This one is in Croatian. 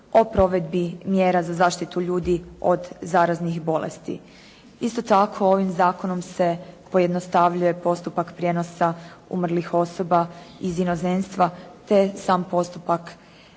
o provedbi mjera za zaštitu ljudi od zaraznih bolesti. Isto tako, ovim zakonom se pojednostavljuje postupak prijenosa umrlih osoba iz inozemstva te sam postupak